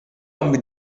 àmbit